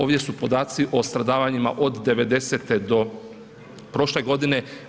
Ovdje su podaci o stradavanjima od 90.-e do prošle godine.